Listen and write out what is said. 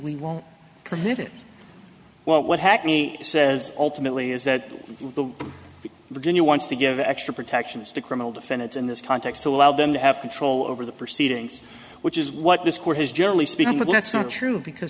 we won't permit it well what hackney says ultimately is that the virginia wants to give extra protections to criminal defendants in this context to allow them to have control over the proceedings which is what this court has generally speaking with that's not true because